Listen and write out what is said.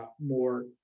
more